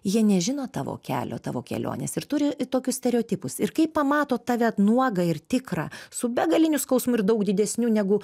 jie nežino tavo kelio tavo kelionės ir turi tokius stereotipus ir kai pamato tave nuogą ir tikrą su begaliniu skausmu ir daug didesniu negu